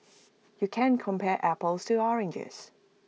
you can't compare apples to oranges